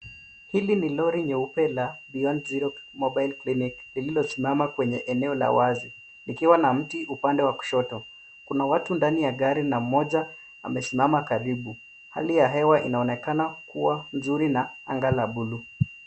Hili ni lori nyeupe la Beyond Zero mobile clinic lililosimama kwenye eneo la wazi likiwa na mti upande wa kushoto. Kuna wat ndani ya gari na mmoja amesimama karibu. Hali ya hewa inaonekana kuwa nzuri na anga la buluu.